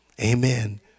Amen